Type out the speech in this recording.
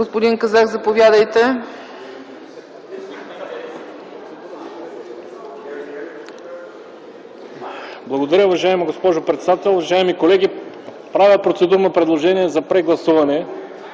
Господин Казак, заповядайте. ЧЕТИН КАЗАК (ДПС): Благодаря, уважаема госпожо председател. Уважаеми колеги! Правя процедурно предложение за прегласуване.